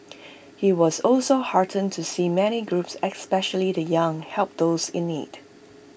he was also heartened to see many groups especially the young help those in need